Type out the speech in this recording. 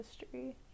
history